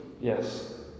Yes